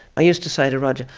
i used to say to roger,